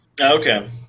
Okay